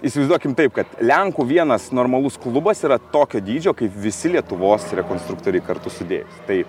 įsivaizduokim taip kad lenkų vienas normalus klubas yra tokio dydžio kaip visi lietuvos rekonstruktoriai kartu sudėjus tai